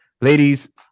Ladies